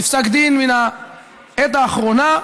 בפסק דין מן העת האחרונה,